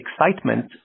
excitement